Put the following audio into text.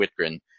Whitgren